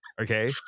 okay